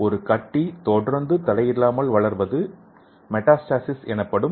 ஒரு கட்டி தொடர்ந்து தடையில்லாமல் வளர்வது மெடாஸ்டசிஸ் எனப்படும்